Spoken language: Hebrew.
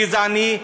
גזעני,